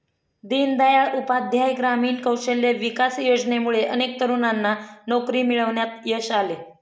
दीनदयाळ उपाध्याय ग्रामीण कौशल्य विकास योजनेमुळे अनेक तरुणांना नोकरी मिळवण्यात यश आले